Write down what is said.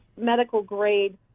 medical-grade